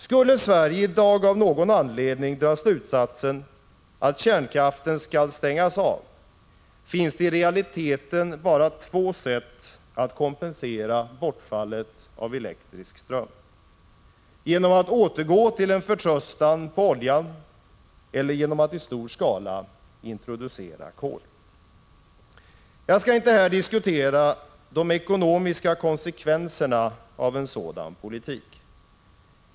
Skulle Sverige i dag av någon anledning dra slutsatsen att kärnkraften skall stängas av, finns det i realiteten bara två sätt att kompensera bortfallet av elektrisk ström: genom att återgå till en förtröstan på oljan eller genom att i stor skala introducera kol. Jag skall inte här diskutera de ekonomiska konsekvenserna av en sådan politik.